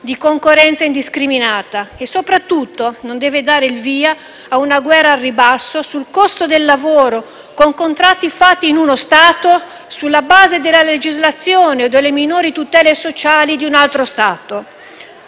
di concorrenza indiscriminata e, soprattutto, non deve dare il via a una guerra al ribasso sul costo del lavoro, con contratti fatti in uno Stato sulla base della legislazione o delle minori tutele sociali di un altro Stato.